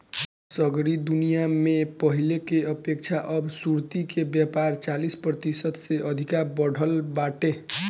सगरी दुनिया में पहिले के अपेक्षा अब सुर्ती के व्यापार चालीस प्रतिशत से अधिका बढ़ल बाटे